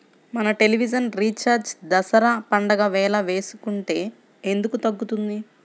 మన television recharge Dasara పండగ వేళ వేసుకుంటే ఎందుకు తగ్గుతుంది?